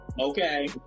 Okay